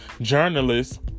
journalists